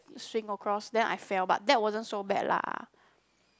swing across then I fell but that wasn't so bad lah